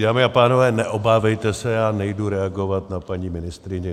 Dámy a pánové, neobávejte se, já nejdu reagovat na paní ministryni.